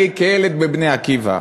אני, כילד ב"בני עקיבא",